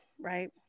right